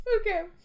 Okay